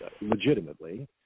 legitimately